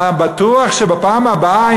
אתה בטוח שבפעם הבאה,